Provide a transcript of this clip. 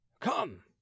come